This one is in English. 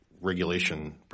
regulation